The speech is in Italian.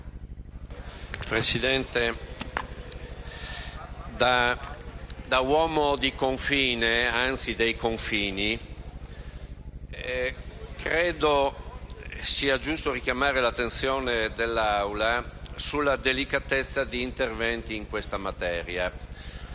Presidente, da uomo di confine, anzi, dei confini, credo sia giusto richiamare l'attenzione dell'Assemblea sulla delicatezza di interventi in questa materia.